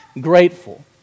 Grateful